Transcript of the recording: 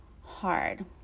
hard